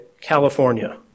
California